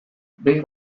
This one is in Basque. behin